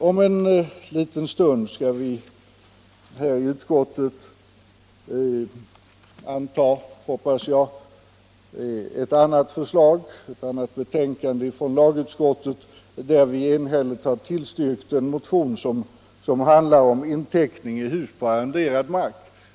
Om en liten stund skall vi, hoppas jag, här i kammaren anta ett annat förslag i ett betänkande från lagutsKottet, där vi enhälligt har tillstyrkt en motion som handlar om inteckning av hus på arrenderad mark.